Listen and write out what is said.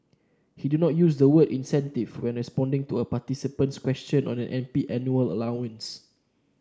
he did not use the word incentives when responding to a participant's question on an MP's annual allowance